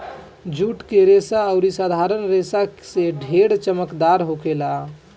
जुट के रेसा अउरी साधारण रेसा से ढेर चमकदार होखेला